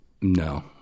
No